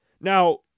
Now